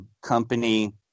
company